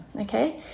okay